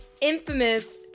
infamous